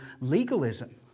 legalism